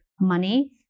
money